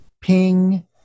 ping